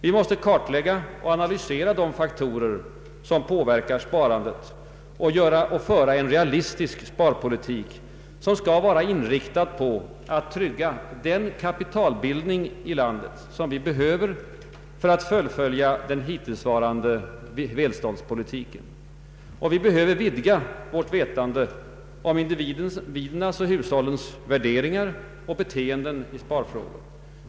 Vi måste kartlägga och analysera de faktorer som påverkar sparandet och föra en realistisk sparpolitik, som skall vara inriktad på att trygga den kapitalbildning i landet som vi behöver för att fullfölja den hittillsvarande välståndspolitiken. Vi behöver vidga vårt vetande om individernas och hushållens värderingar och beteenden i sparfrågor.